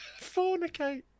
Fornicate